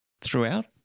Throughout